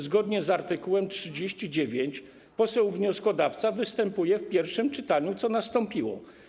Zgodnie z art. 39 poseł wnioskodawca występuje w pierwszym czytaniu, co nastąpiło.